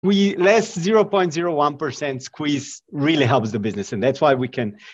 0.01% סקוויז באמת עומד על המדינה וזה למה אנחנו יכולים...